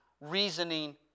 reasoning